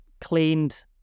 cleaned